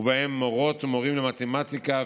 ובהם מורות ומורים למתמטיקה,